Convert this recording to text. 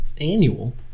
Annual